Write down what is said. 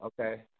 Okay